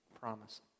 promise